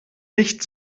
nicht